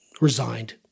resigned